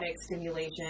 stimulation